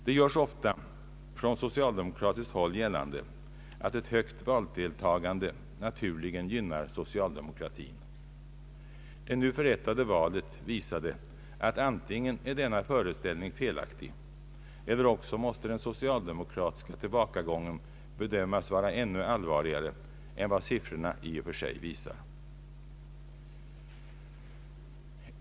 Det görs ofta från socialdemokratiskt håll gällande att ett högt valdeltagande naturligen gynnar socialdemokratin. Det nu förrättade valet visar att an tingen är denna föreställning felaktig eller också måste den socialdemokratiska tillbakagången bedömas vara ännu allvarligare än vad siffrorna i och för sig visar.